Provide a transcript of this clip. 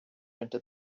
into